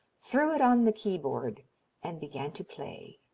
threw it on the keyboard and began to play,